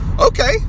okay